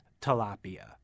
tilapia